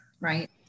Right